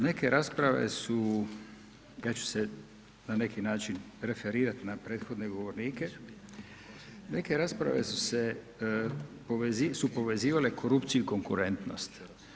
Neke rasprave su, ja ću se na neki način referirat na prethodne govornike, neke rasprave su se, su povezivale korupciju i konkurentnost.